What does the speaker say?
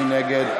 מי נגד?